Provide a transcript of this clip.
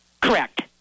Correct